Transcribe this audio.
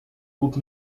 groupe